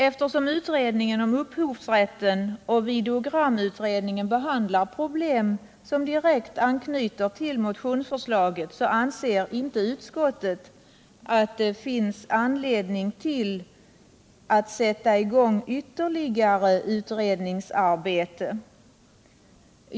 Eftersom utredningen om upphovsrätten och videogramutredningen behandlar problem som direkt anknyter till motionsförslaget , anser utskottet att det inte finns anledning att sätta i gång ytterligare utredningsarbete.